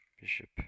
Bishop